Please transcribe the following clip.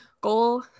goal